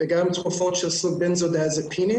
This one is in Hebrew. וגם תרופות של בנזודיאזיפינים,